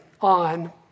on